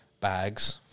bags